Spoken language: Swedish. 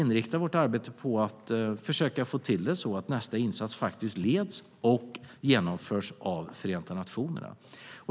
Vi anser att arbetet måste inriktas så att nästa insats faktiskt leds och genomförs av Förenta nationerna.